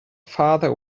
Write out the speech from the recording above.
farther